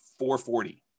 440